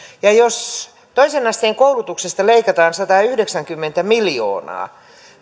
jos toisen asteen koulutuksesta leikataan satayhdeksänkymmentä miljoonaa